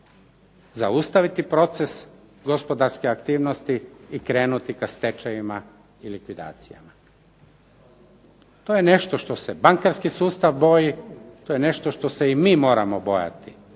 zaustaviti proces gospodarske aktivnosti i krenuti ka stečajevima i likvidacijama. To je nešto što se bankarski sustav boji, to je nešto što se i mi moramo bojati.